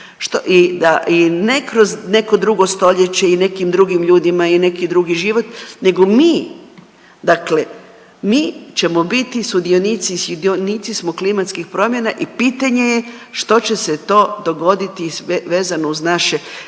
i ne kroz neko drugo stoljeće i nekim drugim ljudima i neki drugi život nego mi, dakle mi ćemo biti sudionici i dionici smo klimatskih promjena i pitanje je što će se to dogoditi vezano uz naše